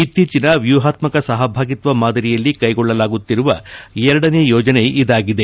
ಇತ್ತೀಚಿನ ವ್ಯೂಹಾತ್ಸಕ ಸಹಭಾಗಿತ್ವ ಮಾದರಿಯಲ್ಲಿ ಕ್ಲೆಗೊಳ್ಳಲಾಗುತ್ತಿರುವ ಎರಡನೇ ಯೋಜನೆ ಇದಾಗಿದೆ